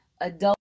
Adult